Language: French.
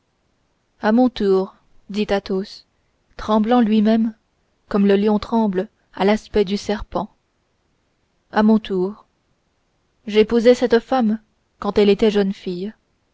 à mon tour dit athos tremblant lui-même comme le lion tremble à l'aspect du serpent à mon tour j'épousai cette femme quand elle était jeune fille